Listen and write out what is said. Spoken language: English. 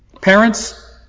Parents